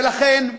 ולכן,